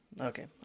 Okay